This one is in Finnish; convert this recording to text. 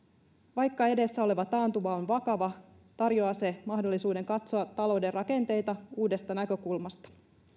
vaikka edessä oleva taantuma on vakava tarjoaa se mahdollisuuden katsoa talouden rakenteita uudesta näkökulmasta